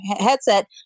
headset